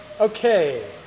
okay